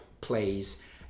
plays